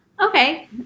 okay